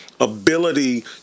ability